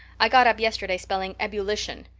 i got up yesterday spelling ebullition.